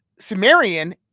Sumerian